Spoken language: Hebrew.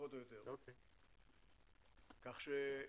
הוא אמר,